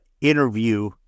interview